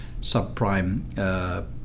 subprime